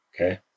Okay